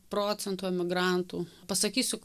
procentų emigrantų pasakysiu